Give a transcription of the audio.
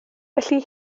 felly